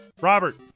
Robert